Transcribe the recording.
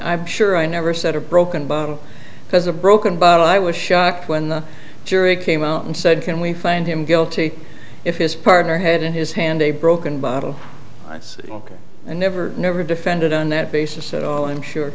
i'm sure i never said a broken bottle because a broken bottle i was shocked when the jury came out and said can we find him guilty if his partner had in his hand a broken bottle it's ok and never never defended on that basis at all i'm sure